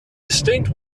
distinct